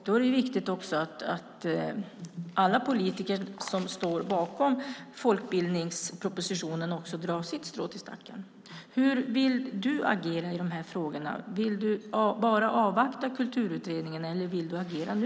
Då är det viktigt att alla politiker som står bakom folkbildningspropositionen också drar sitt strå till stacken. Hur vill du, Anne Marie Brodén, agera i dessa frågor? Vill du bara avvakta Kulturutredningen, eller vill du agera nu?